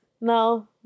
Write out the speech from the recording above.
no